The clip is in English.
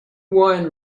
wine